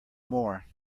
more